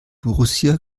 borussia